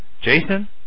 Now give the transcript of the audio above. Jason